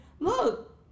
Look